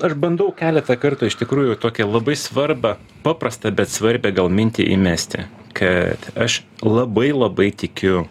aš bandau keletą kartų iš tikrųjų tokią labai svarbą paprastą bet svarbią gal mintį įmesti kad aš labai labai tikiu